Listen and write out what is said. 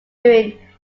during